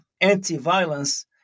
anti-violence